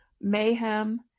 mayhem